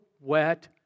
wet